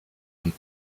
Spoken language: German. und